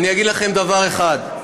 אגיד לכם דבר אחד: